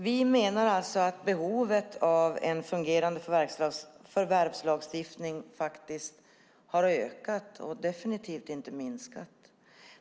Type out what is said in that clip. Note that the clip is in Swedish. Vi menar att behovet av en fungerande förvärvslagstiftning faktiskt har ökat och definitivt inte minskat.